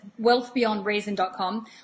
wealthbeyondreason.com